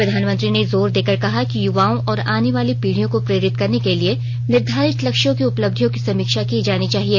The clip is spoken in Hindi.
प्रधानमंत्री ने जोर देकर कहा कि युवाओं और आने वाली पीढ़ियों को प्रेरित करने के लिए निर्धारित लक्ष्यों की उपलब्धियों की समीक्षा की जानी चाहिए